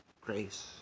grace